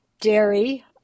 dairy